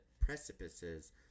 precipices